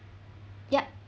yup